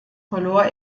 verlor